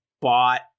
bought